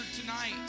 tonight